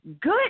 Good